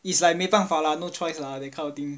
is like 没办法 lah no choice lah that kind of thing